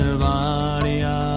varia